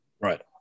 Right